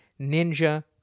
Ninja